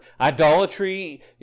Idolatry